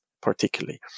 particularly